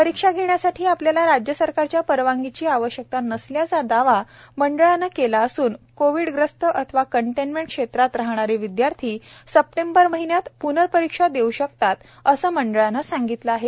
परीक्षा घेण्यासाठी आपल्याला राज्य सरकारच्या परवानगीची आवश्यकता नसल्याचा दावा मंडळान केला असून कोविडग्रस्त अथवा कंटेनमेंट क्षेत्रात राहणारे विदयार्थी सप्टेंबर महिन्यात प्नर्परीक्षा देऊ शकतात असं मंडळानं सांगितलं आहे